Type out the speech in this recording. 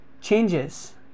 changes